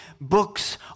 books